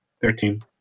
Thirteen